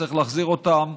צריך להחזיר אותן.